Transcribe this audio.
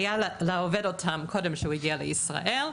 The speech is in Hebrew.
להגעתו של העובד לישראל,